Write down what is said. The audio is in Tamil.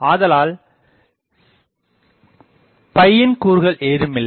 ஆதலால் இதில் யின் கூறுகள் ஏதுமில்லை